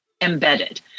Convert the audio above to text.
embedded